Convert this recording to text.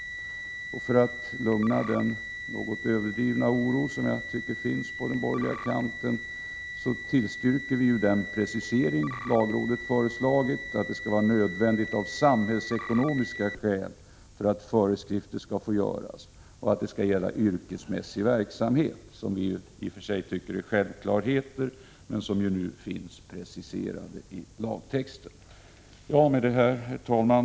För att lugna den som jag tycker något överdrivna oron på den borgerliga kanten tillstyrker vi den precisering lagrådet har föreslagit, nämligen att det skall vara nödvändigt av samhällsekonomiska skäl för att föreskrifter skall få göras och att det skall gälla yrkesmässig verksamhet. I och för sig tycker vi detta är självklarheter, men nu finns de preciserade i lagtexten. Herr talman!